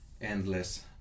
endless